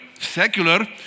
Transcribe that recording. secular